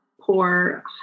poor